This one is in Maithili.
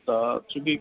तऽ चूँकि